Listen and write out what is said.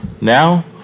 now